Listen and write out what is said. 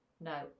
No